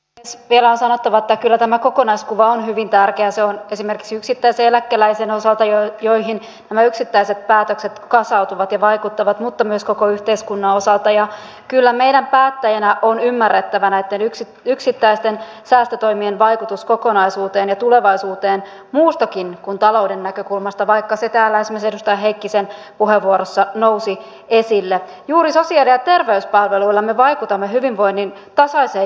tässä vielä on sanottava että kyllä tämä kokonaiskuva on hyvin samalla osa on esimerkiksi yksittäiseläkeläisen osalta ja joihin yksittäiset päätökset kasautuvatin vaikuttavat mutta myös oikeinkin hyvässä kunnossa kun toisten kunto on ymmärrettävä näitten yksi yksittäisten säästötoimien vaikutus kokonaisuuteen ja tulevaisuuteen muustakin kuin talouden näkökulmasta vaikka se täällä edustaja heikkisen puheenvuorossa nousi esille juuri sasia ja terveyspalveluilla me vaikutamme hyvinvoinnin tasaiseen